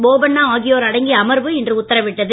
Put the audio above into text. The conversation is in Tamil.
போபண்ணா ஆகியோர் அடங்கிய அமர்வு இன்று உத்தரவிட்டது